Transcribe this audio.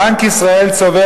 בנק ישראל צובר,